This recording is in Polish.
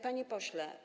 Panie Pośle!